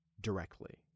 directly